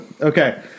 Okay